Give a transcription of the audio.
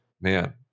man